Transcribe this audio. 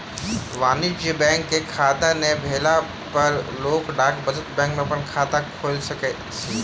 वाणिज्य बैंक के खाता नै भेला पर लोक डाक बचत बैंक में अपन खाता खोइल सकैत अछि